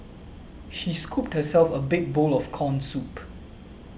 she scooped herself a big bowl of Corn Soup